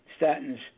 Statins